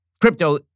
crypto